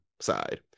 side